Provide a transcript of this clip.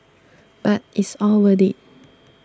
but it's all worth it